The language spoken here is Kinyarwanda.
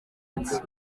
ati